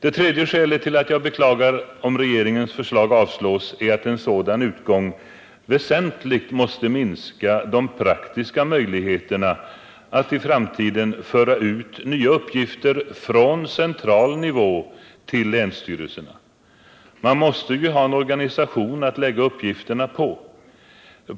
Det tredje skälet till att jag beklagar om regeringens förslag avslås är att en sådan utgång väsentligt måste minska de praktiska möjligheterna att i framtiden föra ut nya uppgifter från central nivå till länsstyrelserna. Man måste ju ha en organisation att lägga uppgifterna på.